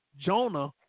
Jonah